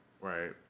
Right